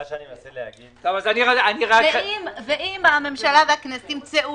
מה שאני רוצה להגיד -- אם הממשלה והכנסת ימצאו